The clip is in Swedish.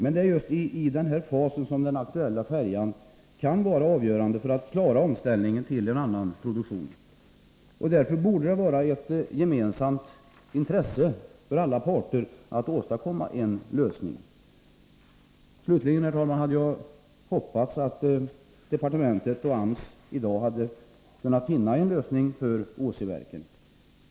Det är just i den här fasen som den aktuella färjebeställningen kan vara avgörande för om omställningen till annan produktion klaras. Därför borde det vara ett gemensamt intresse för alla parter att åstadkomma en lösning. Jag hade, herr talman, hoppats att departementet och AMS till i dag skulle ha kunnat finna en lösning för Åsiverken.